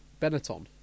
Benetton